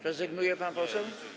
Rezygnuje pan poseł?